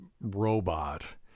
robot